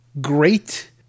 great